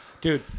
Dude